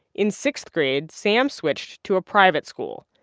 in sixth grade, sam switched to a private school.